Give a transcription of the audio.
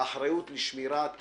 האחריות לשמירת